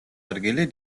ადგილი